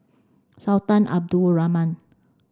Sultan Abdul Rahman